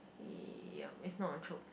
ya it's not a Chope